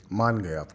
مان گئے آپ کو